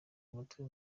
umutwe